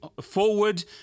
forward